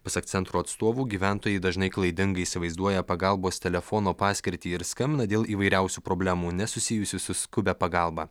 pasak centro atstovų gyventojai dažnai klaidingai įsivaizduoja pagalbos telefono paskirtį ir skambina dėl įvairiausių problemų nesusijusių su skubia pagalba